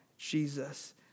Jesus